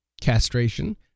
Castration